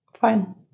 Fine